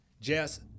Jess